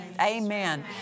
Amen